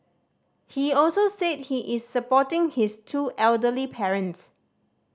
he also said he is supporting his two elderly parents